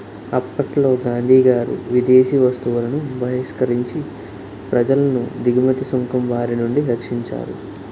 అప్పట్లో గాంధీగారు విదేశీ వస్తువులను బహిష్కరించి ప్రజలను దిగుమతి సుంకం బారినుండి రక్షించారు